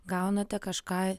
gaunate kažką